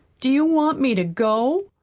do you want me to go?